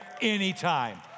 anytime